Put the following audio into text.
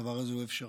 הדבר הזה הוא אפשרי.